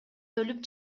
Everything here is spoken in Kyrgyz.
өлүп